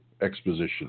Exposition